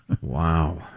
Wow